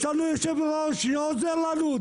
ישבנו עם יו"ר שעוזר לנו,